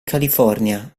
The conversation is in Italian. california